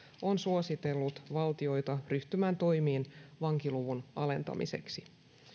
on suositellut valtioita ryhtymään toimiin vankiluvun alentamiseksi